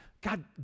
God